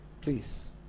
please